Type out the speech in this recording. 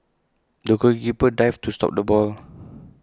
the goalkeeper dived to stop the ball